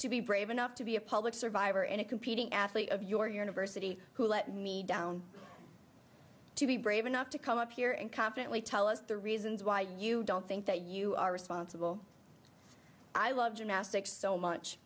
to be brave enough to be a public survivor in a competing athlete of your university who let me down to be brave enough to come up here and confidently tell us the reasons why you don't think that you are responsible i love gymnastics so much